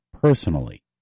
personally